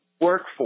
workforce